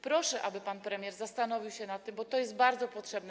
Proszę, aby pan premier zastanowił się nad tym, bo to jest bardzo potrzebne.